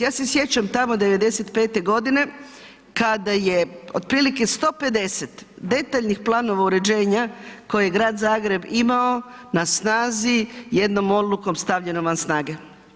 Ja se sjećam tamo '95. g. kada je otprilike 150 detaljnih planova uređenja, koje Grad Zagreb imao na snazi, jednom olukom stavljeno van znate.